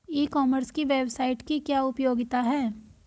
ई commerce की website की क्या उपयोगिता है?